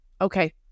okay